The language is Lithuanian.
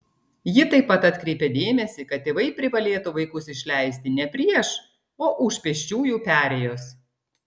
ji taip pat atkreipė dėmesį kad tėvai privalėtų vaikus išleisti ne prieš o už pėsčiųjų perėjos